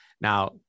now